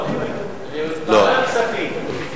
ועדת הכספים.